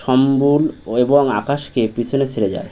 সম্বুল এবং আকাশকে পিছনে ছেড়ে যায়